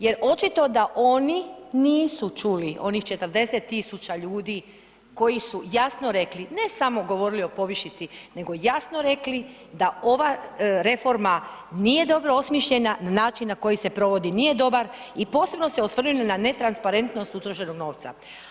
Jer očito da oni nisu čuli onih 40.000 ljudi koji su jasno rekli, ne samo govorili o povišici, nego jasno rekli da ova reforma nije dobro osmišljena, način na koji se provodi nije dobar i posebno se osvrnuli na netransparentnost utrošenog novca.